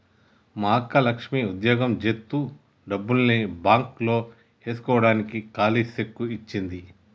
మా అక్క లక్ష్మి ఉద్యోగం జేత్తు డబ్బుల్ని బాంక్ లో ఏస్కోడానికి కాలీ సెక్కు ఇచ్చింది